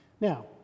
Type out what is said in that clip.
Now